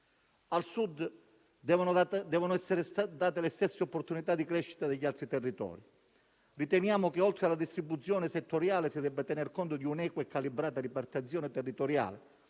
Al Sud devono essere date le stesse opportunità di crescita degli altri territori. Riteniamo che, oltre alla distribuzione settoriale, si debba tener conto di un'equa e calibrata ripartizione territoriale,